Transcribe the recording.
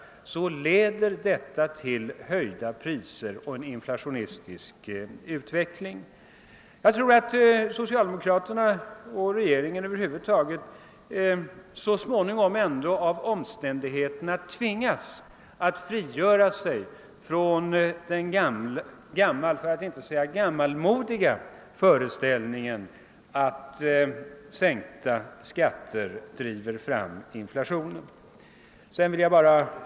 Detta leder alltså till höjda priser och en inflationistisk utveckling. Jag tror att socialdemokraterna och regeringen över huvud taget så småningom ändå av omständigheterna tvingas frigöra sig från den gamla — för att inte säga gammalmodiga — föreställningen att skattesänkningar driver fram inflation.